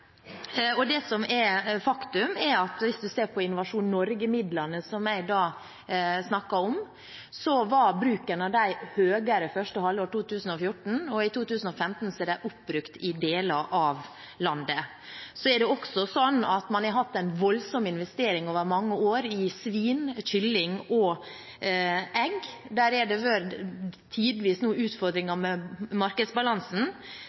Det som er faktum, er at hvis man ser på Innovasjon Norge-midlene – som jeg snakket om – var bruken av dem høyere i første halvår 2014. I 2015 er de oppbrukt i deler av landet. Så er det slik at man har hatt en voldsom investering over mange år i svin, kylling og egg. Der har det tidvis vært noen utfordringer med markedsbalansen,